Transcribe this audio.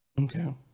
Okay